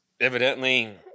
evidently